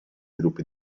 gruppi